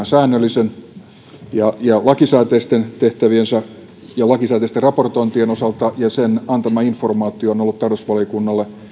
säännöllisten että muiden lakisääteisten tehtäviensä ja lakisääteisten raportointien osalta ja sen antama informaatio on on ollut tarkastusvaliokunnalle